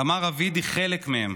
כמה רביד היא חלק מהם